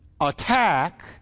attack